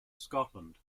scotland